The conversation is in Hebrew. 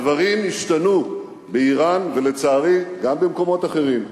הדברים השתנו באירן, ולצערי גם במקומות אחרים,